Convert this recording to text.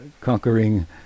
conquering